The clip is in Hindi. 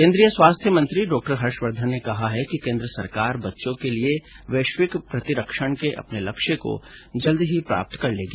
केन्द्रीय स्वास्थ्य मंत्री डॉक्टर हर्षवर्धन ने कहा है कि केन्द्र सरकार बच्चों के लिए वैश्विक प्रतिरक्षण के अपने लक्ष्य को जल्द ही प्राप्त कर लेगी